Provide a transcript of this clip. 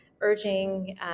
urging